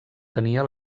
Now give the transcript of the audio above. tenia